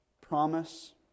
promise